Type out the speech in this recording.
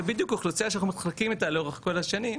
ובדיוק האוכלוסייה שאנחנו מתחלקים איתה לאורך כל השנים,